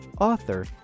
author